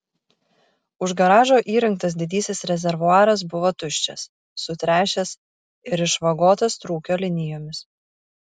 už garažo įrengtas didysis rezervuaras buvo tuščias sutręšęs ir išvagotas trūkio linijomis